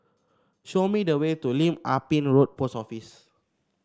show me the way to Lim Ah Pin Road Post Office